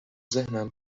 ذهنم